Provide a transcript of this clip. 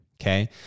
okay